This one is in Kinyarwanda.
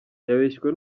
yabeshywe